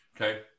Okay